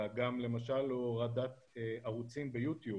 אלא גם למשל להורדת ערוצים ביוטיוב